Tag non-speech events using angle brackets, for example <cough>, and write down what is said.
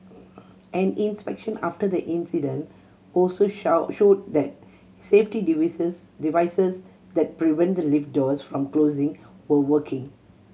an inspection after the incident also <unintelligible> showed that safety <unintelligible> devices that prevent the lift doors from closing were working